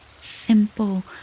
Simple